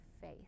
faith